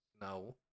No